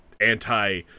Anti